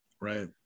Right